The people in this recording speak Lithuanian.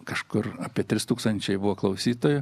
kažkur apie trys tūkstančiai buvo klausytojų